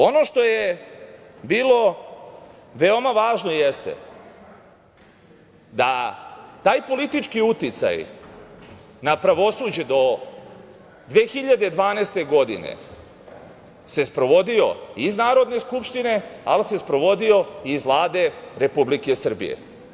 Ono što je bilo važno jeste da taj politički uticaj na pravosuđe do 2012. godine se sprovodio iz Narodne skupštine, ali se sprovodio i iz Vlade Republike Srbije.